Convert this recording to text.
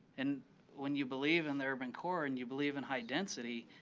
and when you believe in the urban core and you believe in high density,